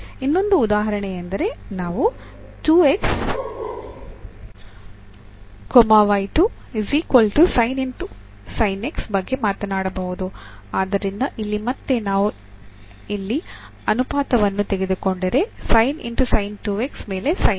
ಇನ್ನೊಂದು ಉದಾಹರಣೆಯೆಂದರೆ ನಾವು ಬಗ್ಗೆ ಮಾತನಾಡಬಹುದು ಆದ್ದರಿಂದ ಇಲ್ಲಿ ಮತ್ತೆ ನಾವು ಇಲ್ಲಿ ಅನುಪಾತವನ್ನು ತೆಗೆದುಕೊಂಡರೆ ಭಾಗಿಸು